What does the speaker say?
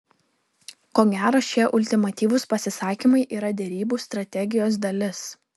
ko gero šie ultimatyvūs pasisakymai yra derybų strategijos dalis